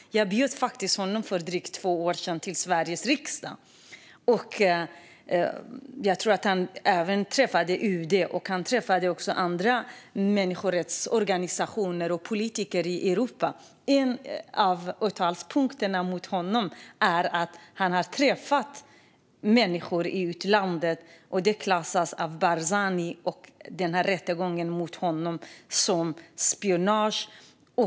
Jag bjöd faktiskt honom till Sveriges riksdag för drygt två år sedan. Han träffade människorättsorganisationer och politiker i Europa. Jag tror att han även träffade UD. En av åtalspunkterna mot honom är just att han har träffat människor i utlandet. Det klassas av Barzani och enligt rättegången som spionage.